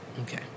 okay